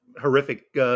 horrific